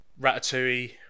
Ratatouille